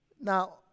Now